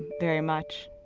very much.